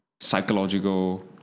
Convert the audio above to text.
Psychological